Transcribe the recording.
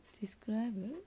Describe